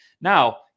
Now